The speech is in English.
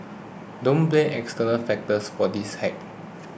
don't blame external factors for this hack